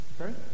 Okay